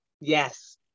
yes